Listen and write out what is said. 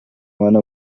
one